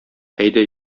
әйдә